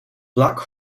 black